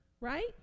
Right